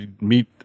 meet